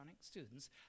students